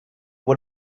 what